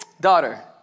daughter